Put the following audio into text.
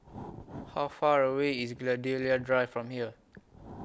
How Far away IS Gladiola Drive from here